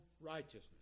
righteousness